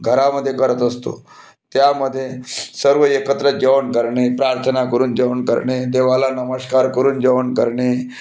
घरामध्ये करत असतो त्यामध्ये सर्व एकत्र जेवण करणे प्रार्थना करून जेवण करणे देवाला नमस्कार करून जेवण करणे